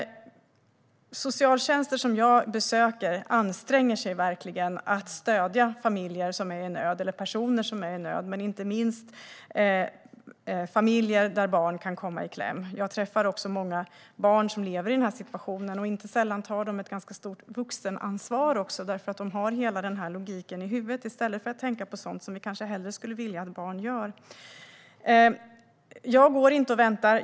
Socialtjänster som jag besöker anstränger sig verkligen att stödja personer och inte minst familjer som är i nöd och där barn kan komma i kläm. Jag träffar också många barn som lever i den här situationen, och inte sällan tar de ett ganska stort vuxenansvar därför att de har hela den här logiken i huvudet i stället för att tänka på sådant som vi kanske hellre skulle vilja att barn tänker på. Jag går inte och väntar.